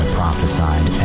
prophesied